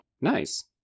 nice